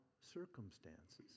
circumstances